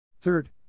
Third